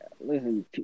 listen